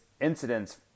incidents